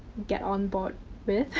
get on board with.